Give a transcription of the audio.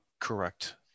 correct